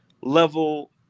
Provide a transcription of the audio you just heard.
level